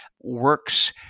works